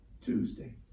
Tuesday